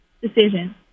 decision